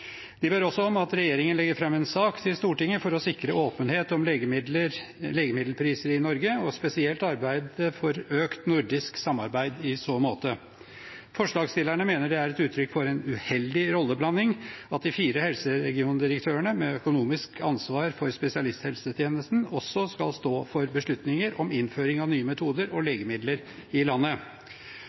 De ber også om at regjeringen legger fram en sak til Stortinget om å sikre åpenhet om legemiddelprisene i Norge og spesielt arbeide for økt nordisk samarbeid i så måte. Forslagsstillerne mener det er et uttrykk for en uheldig rolleblanding at de fire helseregiondirektørene, med økonomisk ansvar for spesialisthelsetjenesten, også skal stå for beslutninger om innføring av nye metoder og legemidler i landet.